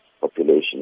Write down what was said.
population